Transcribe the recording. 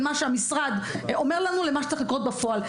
מה שהמשרד אומר לנו למה שצריך לקרות בפועל.